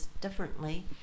differently